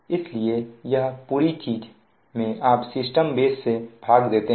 इसलिए यह पूरी चीज में आप सिस्टम बेस से भाग देते हैं